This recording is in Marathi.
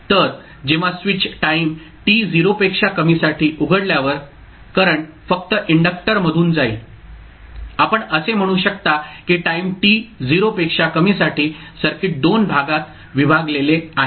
तर जेव्हा स्विच टाईम t 0 पेक्षा कमी साठी उघडल्यावर करंट फक्त इन्डक्टर मधून जाईल आपण असे म्हणू शकता की टाईम t 0 पेक्षा कमीसाठी सर्किट 2 भागात विभागलेले आहे